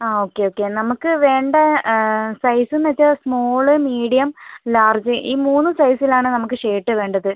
ആ okay okay നമുക്ക് വേണ്ട സൈസ് എന്ന് വെച്ചാൽ സ്മോൾ മീഡിയം ലാർജ് ഈ മൂന്ന് സൈസിൽ ആണ് നമുക്ക് ഷർട്ട് വേണ്ടത്